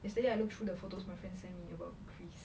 yesterday I look through the photos my friend send me about greece